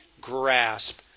grasp